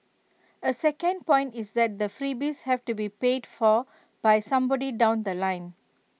A second point is that the freebies have to be paid for by somebody down The Line